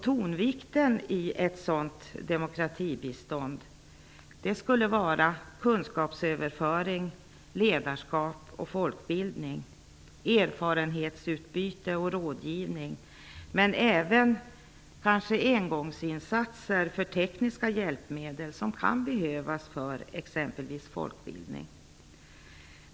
Tonvikten i ett sådant demokratibistånd skulle vara kunskapsöverföring, ledarskap, folkbildning, erfarenhetsutbyte och rådgivning, men kanske även engångsinsatser för tekniska hjälpmedel som kan behövas för t.ex folkbildning.